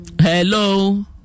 Hello